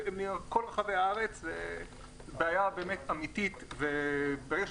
מכל רחבי הארץ, בעיה אמיתית משותפת.